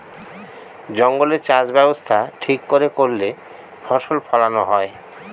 জঙ্গলে চাষ ব্যবস্থা ঠিক করে করলে ফসল ফোলানো হয়